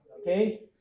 Okay